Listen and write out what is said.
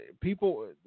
people